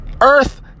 earth